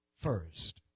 First